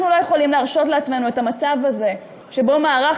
אנחנו לא יכולים להרשות לעצמנו את המצב הזה שבו מערך